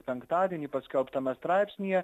penktadienį paskelbtame straipsnyje